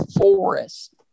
Forest